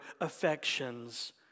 affections